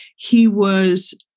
he was.